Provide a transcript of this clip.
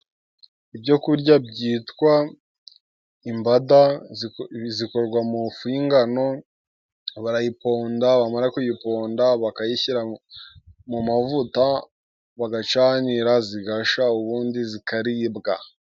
Ibyo kurya byitwa imbada bikorwa mu fu y'ingano. Barayiponda, bamara kuyiponda, bakayishyira mu mavuta bagacanira zigashya, ubundi zikaribwa.